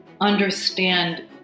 understand